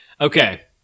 Okay